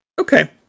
Okay